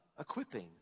equipping